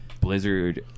Blizzard